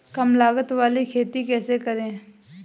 कम लागत वाली खेती कैसे करें?